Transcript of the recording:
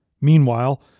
Meanwhile